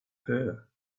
her